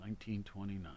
1929